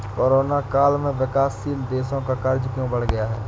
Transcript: Corona काल में विकासशील देशों का कर्ज क्यों बढ़ गया है?